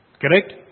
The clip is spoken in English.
Correct